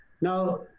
Now